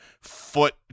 foot